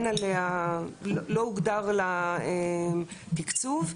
לא הוגדר לה תקצוב.